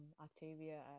Octavia